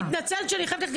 אני מתנצלת שאני חייבת ללכת,